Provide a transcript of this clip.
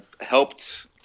helped